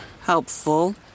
Helpful